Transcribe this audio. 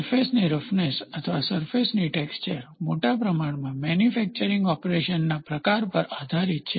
સરફેસની રફનેસ અથવા સરફેસની ટેક્સચર મોટા પ્રમાણમાં મેન્યુફેકચરીંગ ઓપરેશનના પ્રકાર પર આધારિત છે